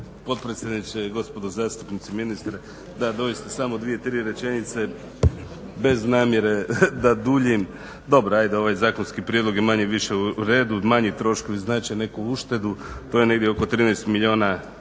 Potpredsjedniče, gospodo zastupnici, ministre. Da, doista samo dvije, tri rečenice, bez namjere da duljim. Dobro, ajde ovaj zakonski prijedlog je manje-više u redu. Manji troškovi znače neku uštedu, to je negdje oko 13 milijuna